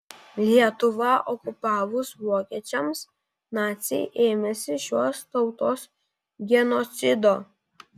lietuvą okupavus vokiečiams naciai ėmėsi šios tautos genocido